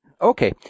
Okay